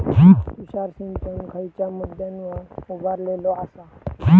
तुषार सिंचन खयच्या मुद्द्यांवर उभारलेलो आसा?